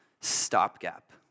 stopgap